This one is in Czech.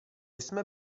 jsme